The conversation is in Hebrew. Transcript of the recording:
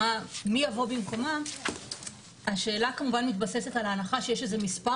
מי יבוא במקומם השאלה כמובן מתבססת על ההנחה שיש איזה מספר